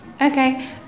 Okay